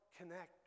connect